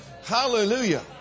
Hallelujah